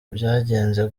byagenze